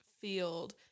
field